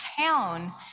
town